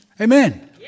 Amen